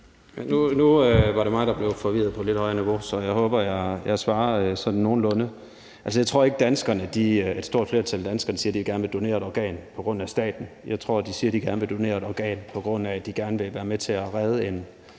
Nu var det mig, der blev forvirret på et lidt højere niveau, så jeg håber, jeg svarer sådan nogenlunde på det. Jeg tror ikke, at et stort flertal af danskerne siger, at de gerne vil donere et organ på grund af staten. Jeg tror, de siger, at de gerne vil donere et organ, på grund af at de gerne vil være med til at redde et